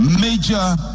major